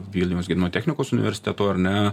vilniaus gedimo technikos universitetu ar ne